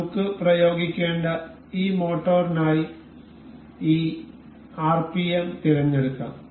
നമുക്ക് പ്രയോഗിക്കേണ്ട ഈ മോട്ടോറിനായി ഈ ആർപിഎം തിരഞ്ഞെടുക്കാം